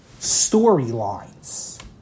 storylines